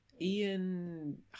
Ian